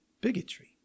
bigotry